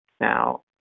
Now